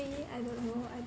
I don't know I